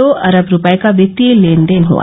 दो अरब रूपये का वित्तीय लेनदेन हुआ